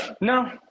No